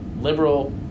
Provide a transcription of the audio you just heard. Liberal